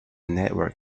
network